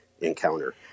encounter